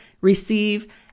receive